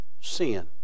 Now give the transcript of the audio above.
sin